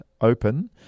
Open